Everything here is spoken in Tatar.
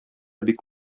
бик